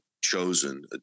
chosen